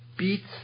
Beats